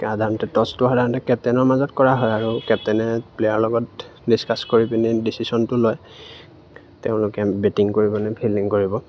সাধাৰণতে টচটো সাধাৰণতে কেপ্টেনৰ মাজত কৰা হয় আৰু কেপ্টেনে প্লেয়াৰৰ লগত ডিছকাছ কৰি পিনি ডিচিচ্যনটো লয় তেওঁলোকে বেটিং কৰিবনে ফিল্ডিং কৰিব